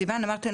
סיון אמרתי,